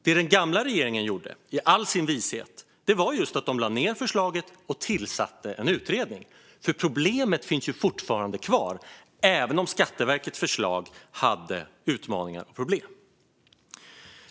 Det den gamla regeringen gjorde, i all sin vishet, var att lägga ned förslaget och tillsätta en utredning, för problemet finns fortfarande kvar även om Skatteverkets förslag hade utmaningar och problem.